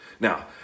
Now